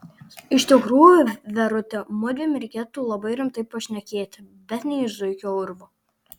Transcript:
iš tikrųjų verute mudviem reikėtų labai rimtai pašnekėti bet ne iš zuikio urvo